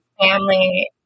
family